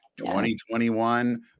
2021